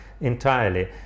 entirely